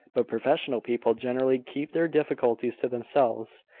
but professional people generally keep their difficulties to themselves,